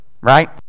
right